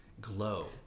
glow